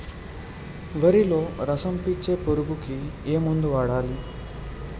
వరిలో రసం పీల్చే పురుగుకి ఏ మందు వాడాలి?